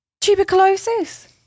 Tuberculosis